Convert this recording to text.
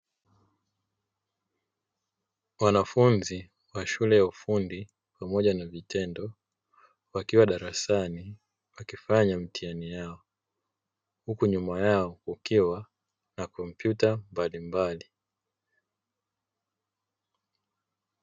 wanafunzi wa shule ya ufundi pamoja na vitendo wakiwa darasani wakifanya mitihani yao, huku nyuma yao kukiwa na kompyuta mbalimbali.